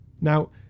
Now